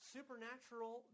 Supernatural